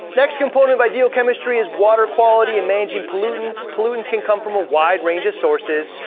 next component of ideal chemistry is water quality and managing pollutants. pollutants can come from a wide range of sources,